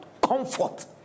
comfort